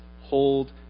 hold